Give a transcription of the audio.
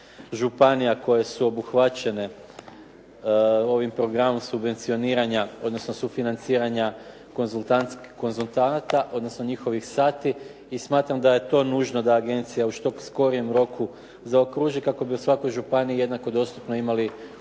županija koje su obuhvaćene ovim programom subvencioniranja odnosno sufinanciranja konzultanata odnosno njihovih sati i smatram da je to nužno da agencija u što skorijem roku zaokruži kako bi u svakoj županiji jednako dostupno imali uslugu